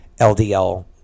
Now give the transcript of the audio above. ldl